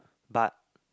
but